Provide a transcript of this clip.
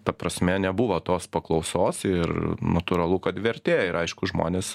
ta prasme nebuvo tos paklausos ir natūralu kad vertė ir aišku žmonės